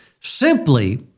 simply